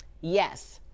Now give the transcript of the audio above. yes